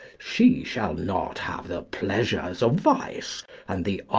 she shall not have the pleasure of vice and the